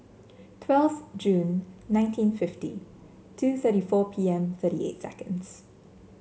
twelve Jun nineteen fifty two thirty four P M thirty eight seconds